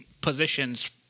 positions